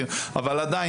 כי מה לעשות,